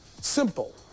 simple